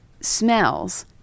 smells